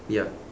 ya